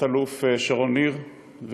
תת-אלוף שרון ניר,